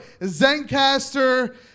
ZenCaster